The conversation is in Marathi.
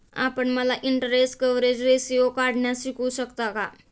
आपण मला इन्टरेस्ट कवरेज रेशीओ काढण्यास शिकवू शकता का?